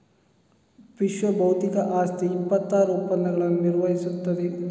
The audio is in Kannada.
ವಿಶ್ವಬೌದ್ಧಿಕ ಆಸ್ತಿ ಇಪ್ಪತ್ತಾರು ಒಪ್ಪಂದಗಳನ್ನು ನಿರ್ವಹಿಸುತ್ತದೆ